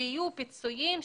שיהיו פיצויים,